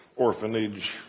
Orphanage